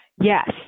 Yes